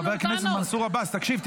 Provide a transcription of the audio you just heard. מנסור, מנסור, חלאס.